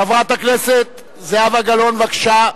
חברת הכנסת זהבה גלאון, בבקשה,